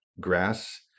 grass